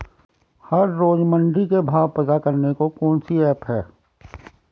हर रोज़ मंडी के भाव पता करने को कौन सी ऐप है?